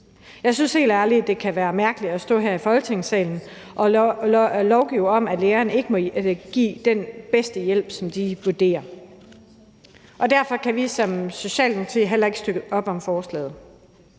Jeg synes helt ærligt, det kan være mærkeligt at stå her i Folketingssalen og lovgive om, at lægerne ikke må give den hjælp, som de vurderer er bedst. Derfor kan vi som Socialdemokrati heller ikke støtte op om forslaget.